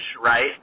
right